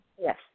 Yes